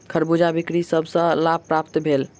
खरबूजा बिक्री सॅ सभ के लाभ प्राप्त भेल